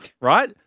Right